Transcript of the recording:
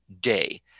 day